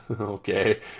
Okay